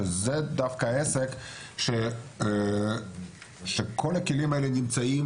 שזה דווקא עסק שכל הכלים האלה נמצאים